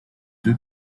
deux